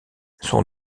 son